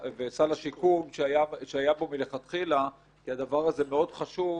שהיה בו מלכתחילה כי הדבר הזה מאוד חשוב